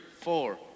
four